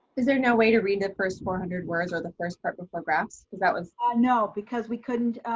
is there no way to read the first four hundred words or the first part but so graphs? because that ah no because we couldn't,